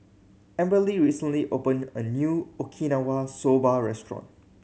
Amberly recently opened a new Okinawa Soba Restaurant